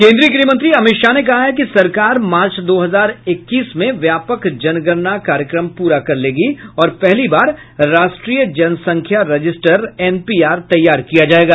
केन्द्रीय गृहमंत्री अमित शाह ने कहा है कि सरकार मार्च दो हजार इक्कीस में व्यापक जनगणना कार्यक्रम पूरा कर लेगी और पहली बार राष्ट्रीय जनसंख्या रजिस्टर एनपीआर तैयार किया जाएगा